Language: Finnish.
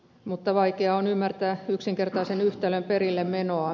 mutta vaikea on ymmärtää yksinkertaisen yhtälön perillemenoa